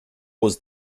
was